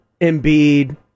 Embiid